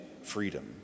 freedom